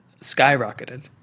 skyrocketed